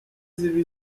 zibe